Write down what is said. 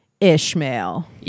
Ishmael